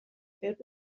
filled